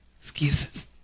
Excuses